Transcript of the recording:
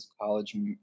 college